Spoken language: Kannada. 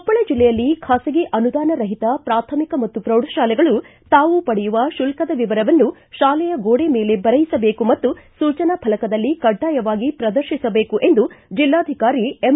ಕೊಪ್ಪಳ ಜಿಲ್ಲೆಯಲ್ಲಿ ಬಾಸಗಿ ಅನುದಾನ ರಹಿತ ಪ್ರಾಥಮಿಕ ಮತ್ತು ಪ್ರೌಢಶಾಲೆಗಳು ತಾವು ಪಡೆಯುವ ಶುಲ್ತದ ವಿವರವನ್ನು ಶಾಲೆಯ ಗೋಡೆ ಮೇಲೆ ಬರೆಯಿಸಬೇಕು ಮತ್ತು ಸೂಚನಾ ಫಲಕದಲ್ಲಿ ಕಡ್ಡಾಯವಾಗಿ ಪ್ರದರ್ಶಿಸಬೇಕು ಎಂದು ಜೆಲ್ಲಾಧಿಕಾರಿ ಎಂ